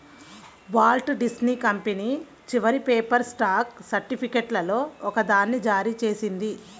Walt Disney company చివరి paper stock సర్టిఫికేట్లలో ఒకదాన్ని జారీ చేసింది